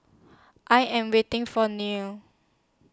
I Am waiting For Nils